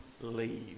leave